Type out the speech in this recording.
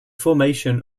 formation